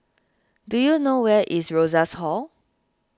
do you know where is Rosas Hall